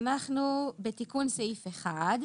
אנחנו בתיקון סעיף 1,